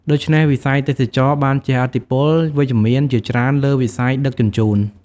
ដូច្នេះ វិស័យទេសចរណ៍បានជះឥទ្ធិពលវិជ្ជមានជាច្រើនលើវិស័យដឹកជញ្ជូន។